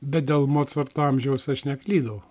bet dėl mocarto amžiaus aš neklydau